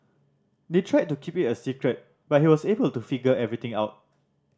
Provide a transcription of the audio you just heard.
they tried to keep it a secret but he was able to figure everything out